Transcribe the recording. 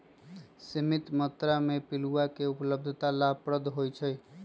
सीमित मत्रा में पिलुआ के उपलब्धता लाभप्रद होइ छइ